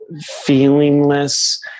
feelingless